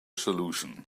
solution